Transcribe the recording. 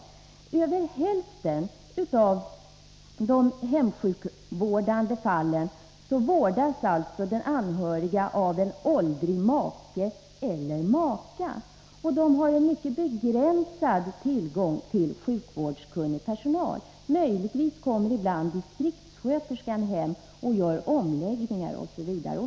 I över hälften av fallen inom hemsjukvården vårdas den anhöriga av en åldrig make eller maka. De har en mycket begränsad tillgång till sjukvårdskunnig personal. Möjligtvis kommer ibland distriktsköterskan hem och gör omläggningar osv.